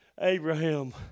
Abraham